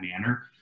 manner